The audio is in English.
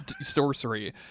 sorcery